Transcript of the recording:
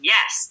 Yes